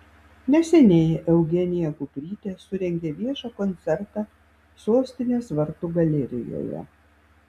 neseniai eugenija kuprytė surengė viešą koncertą sostinės vartų galerijoje